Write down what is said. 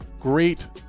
great